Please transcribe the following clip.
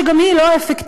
שגם היא לא אפקטיבית,